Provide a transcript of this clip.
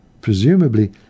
Presumably